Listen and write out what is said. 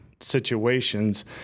situations